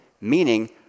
meaning